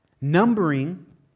numbering